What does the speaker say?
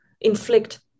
inflict